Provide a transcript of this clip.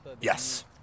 Yes